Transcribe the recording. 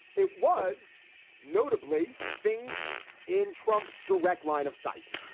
it was notably things in trump's direct line of sight.